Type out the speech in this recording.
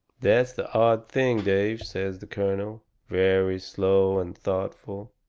that's the odd thing, dave, says the colonel, very slow and thoughtful.